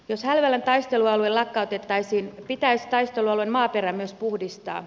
jos hälvälän taistelualue lakkautettaisiin pitäisi taistelualueen maaperä myös puhdistaa